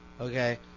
okay